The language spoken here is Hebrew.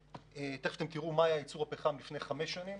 תכף תראו מה היה הייצור לפני חמש שנים